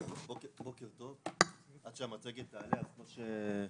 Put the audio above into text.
בוקר טוב, עד שהמצגת תעלה אז אני